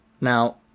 now